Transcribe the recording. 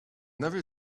never